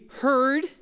heard